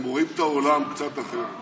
הם רואים את העולם קצת אחרת.